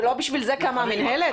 לא בשביל זה קמה המינהלת?